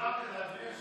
ביום כיפור יש